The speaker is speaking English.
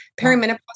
perimenopause